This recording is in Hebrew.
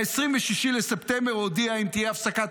ב-26 בספטמבר הוא הודיע שאם תהיה הפסקת